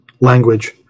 language